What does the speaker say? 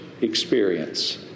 experience